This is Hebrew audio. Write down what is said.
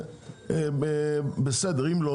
אם לא